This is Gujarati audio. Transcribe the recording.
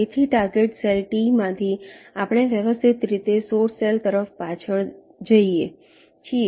તેથીટાર્ગેટ સેલ Tમાંથી આપણે વ્યવસ્થિત રીતે સોર્સ સેલ તરફ પાછળ જઈએ છીએ